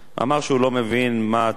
הוא אמר שהוא לא מבין מה הצעקה,